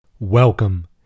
Welcome